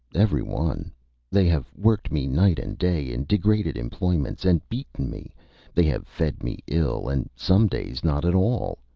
every one they have worked me night and day in degraded employments, and beaten me they have fed me ill, and some days not at all.